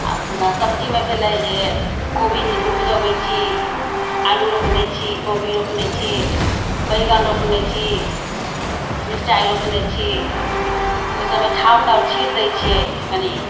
अपना सब्जीमे भेलै जे कोबी उपजबैत छी आलू रोपने छी कोबी रोपने छी बैगन रोपने छी मिरचाइ रोपने छी ओहि सभमे छाउर ताउर छीट दए छियै कनि